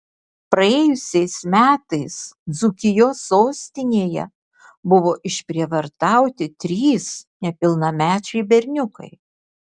praėjusiais metais dzūkijos sostinėje buvo išprievartauti trys nepilnamečiai berniukai